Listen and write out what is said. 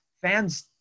fans